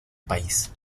país